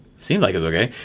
seemed like it's okay.